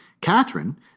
Catherine